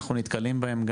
אנחנו נתקלים בהם,